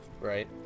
right